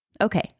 Okay